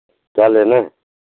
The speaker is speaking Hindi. क्या लेना है